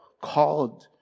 called